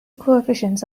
coefficients